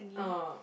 ah